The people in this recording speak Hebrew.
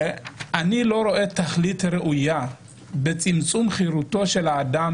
אני לא רואה תכלית ראויה בצמצום חירותו של האדם